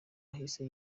wahise